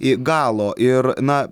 e galo ir na